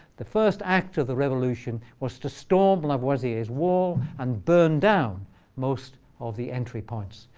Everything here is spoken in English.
the first act of the revolution was to storm lavoisier's wall and burn down most of the entry points.